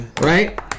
Right